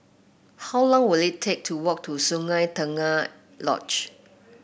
how long will it take to walk to Sungei Tengah Lodge